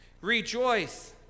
Rejoice